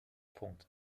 punkt